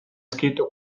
scritto